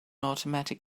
automatic